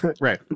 Right